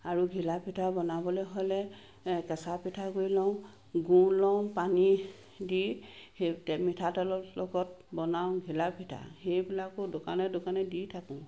আৰু ঘিলা পিঠা বনাবলৈ হ'লে কেচা পিঠাগুড়ি লওঁ গুৰ লওঁ পানী দি সেই তে মিঠাতেলৰ লগত বনাও ঘিলাপিঠা সেইবিলাকো দোকানে দোকানে দি থাকোঁ